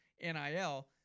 NIL